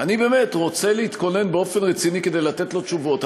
אני באמת רוצה להתכונן באופן רציני כדי לתת לו תשובות,